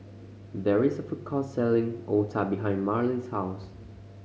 there is a food court selling otah behind Marley's house